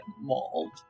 mauled